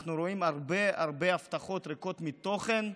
אנחנו רואים הרבה הרבה הבטחות ריקות מתוכן,